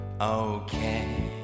okay